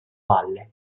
valle